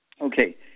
Okay